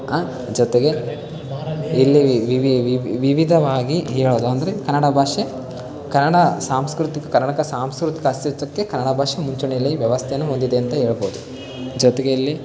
ಜೊತೆಗೆ ಇಲ್ಲಿ ವಿವಿಧವಾಗಿ ಹೇಳೋದು ಅಂದರೆ ಕನ್ನಡ ಭಾಷೆ ಕನ್ನಡ ಸಾಂಸ್ಕೃತಿಕ ಕರ್ನಾಟಕ ಸಾಂಸ್ಕೃತಿಕ ಅಸ್ತಿತ್ವಕ್ಕೆ ಕನ್ನಡ ಭಾಷೆ ಮುಂಚೂಣಿಯಲ್ಲಿ ವ್ಯವಸ್ಥೆಯನ್ನು ಹೊಂದಿದೆ ಅಂತ ಹೇಳ್ಬೋದು ಜೊತೆಗೆ ಇಲ್ಲಿ